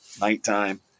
nighttime